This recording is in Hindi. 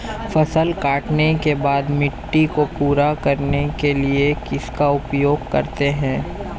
फसल काटने के बाद मिट्टी को पूरा करने के लिए किसका उपयोग करते हैं?